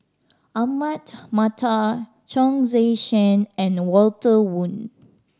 Ahmad Mattar Chong Tze Chien and Walter Woon